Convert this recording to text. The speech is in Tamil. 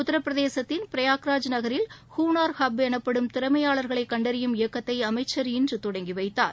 உத்தரப்பிரதேசத்தின் பிரயாக்ராஜ் நகரில் ஹூனார் ஹப் எனப்படும் திறமையாளர்களைக் கண்டறியும் இயக்கத்தை அமைச்சர் இன்று தொடங்கி வைத்தார்